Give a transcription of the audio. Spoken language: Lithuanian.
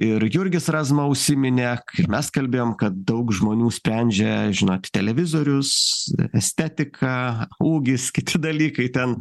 ir jurgis razma užsiminė k ir mes kalbėjom kad daug žmonių sprendžia žinot televizorius estetika ūgis kiti dalykai ten